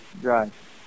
drive